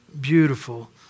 beautiful